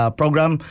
program